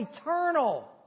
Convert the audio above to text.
eternal